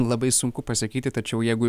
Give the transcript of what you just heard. labai sunku pasakyti tačiau jeigu